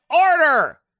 Order